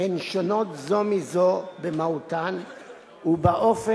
הן שונות זו מזו במהותן ובאופן